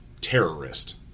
terrorist